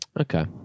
Okay